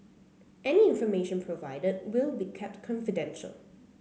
any information provided will be kept confidential